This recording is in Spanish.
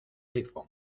iphone